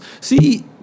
See